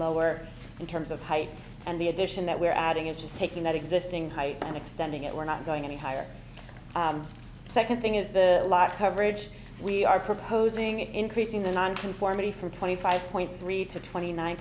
lower in terms of height and the addition that we're adding is just taking that existing height and extending it we're not going any higher second thing is the live coverage we are proposing increasing the nonconformity from twenty five point three to twenty nine